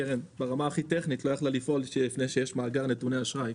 ברמה הכי טכנית הקרן לא יכלה לפעול לפני שיש מאגר נתוני אשראי.